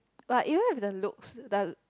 but even have the looks does